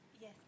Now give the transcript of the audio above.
Yes